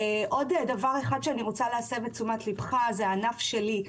אני רוצה להסב את תשומת ליבך לענף שלי.